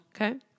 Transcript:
Okay